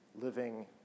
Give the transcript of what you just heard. living